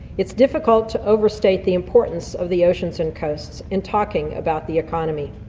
it's difficult to overstate the importance of the oceans and coasts in talking about the economy.